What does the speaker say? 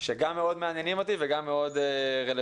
שגם מאוד מעניינים אותי וגם מאוד רלוונטיים,